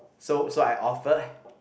so so I offered